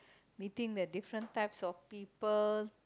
meeting the different types of people